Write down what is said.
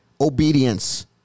obedience